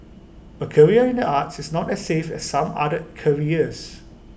A career in the arts is not as safe as some other careers